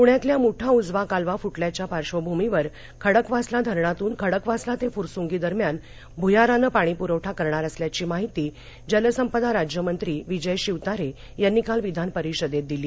पूण्यातल्या मुठा उजवा कालवा फुटल्याच्या पार्वभूमीवर खडकवासला धरणातून खडकवासला ते फुरसूंगी दरम्यान भूयारानं पाणीपूरवठा करणार असल्याची माहिती जलसंपदा राज्यमंत्री विजय शिवतारे यांनी काल विधानपरिषदेत दिली